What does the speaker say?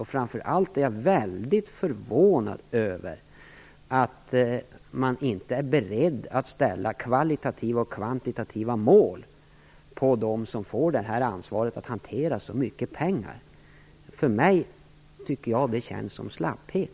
Och jag är framför allt mycket förvånad över att Rose-Marie Frebran inte är beredd att ställa kvalitativa och kvantitativa mål på dem som får ansvaret att hantera så mycket pengar. För mig framstår det som slapphet.